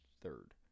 third